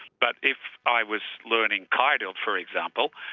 but if i was learning kayardild, for example,